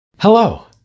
Hello